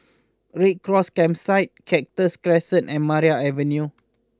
Red Cross Campsite Cactus Crescent and Maria Avenue